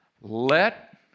let